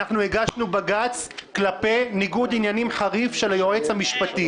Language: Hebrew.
אנחנו הגשנו בג"ץ כלפי ניגוד עניינים חריף של היועץ המשפטי.